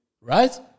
Right